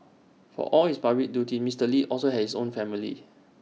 for all his public duties Mister lee also had his own family